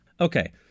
Okay